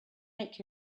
make